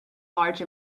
large